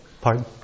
Pardon